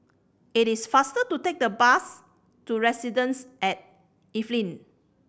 it is faster to take the bus to Residences at Evelyn